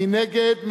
מי נגד?